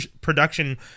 production